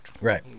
right